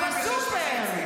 בסופר?